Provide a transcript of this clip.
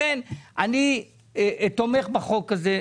אני תומך בחוק הזה,